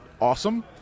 awesome